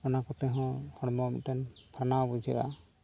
ᱚᱱᱟ ᱠᱚᱛᱮ ᱦᱚᱸ ᱦᱚᱲᱢᱚ ᱢᱤᱫᱴᱮᱱ ᱯᱷᱟᱨᱱᱟᱣ ᱵᱩᱡᱷᱟᱹᱜᱼᱟ